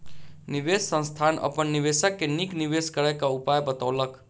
निवेश संस्थान अपन निवेशक के नीक निवेश करय क उपाय बतौलक